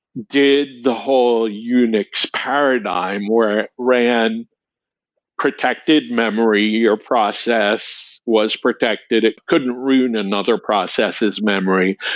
did the whole unix paradigm where it ran protected memory. your process was protected. it could ruin another process's memory.